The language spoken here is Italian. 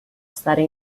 stare